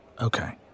Okay